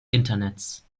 internets